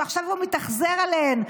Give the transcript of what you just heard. שעכשיו הוא מתאכזר אליהן,